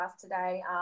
today